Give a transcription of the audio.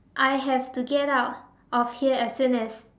I have to get out of here as soon as